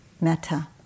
metta